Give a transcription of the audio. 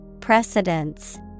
Precedence